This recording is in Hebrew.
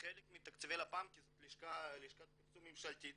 שחלק מתקציבי לפ"מ, כי זו לשכת פרסום ממשלתית